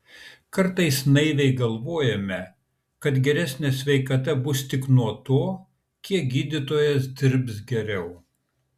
kartais naiviai galvojame kad geresnė sveikata bus tik nuo to kiek gydytojas dirbs geriau